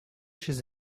chez